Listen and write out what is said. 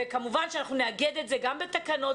וכמובן שנאגד את זה גם בתקנות,